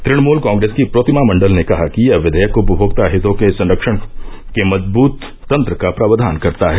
तृणमूल कांग्रेस की प्रोतिमा मंडल ने कहा कि यह विधेयक उपमोक्ता हितों के संरक्षण के मजबूत तंत्र का प्रावधान करता है